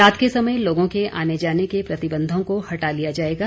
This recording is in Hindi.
रात के समय लोगों के आने जाने के प्रतिबंधों को हटा लिया जाएगा